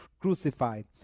crucified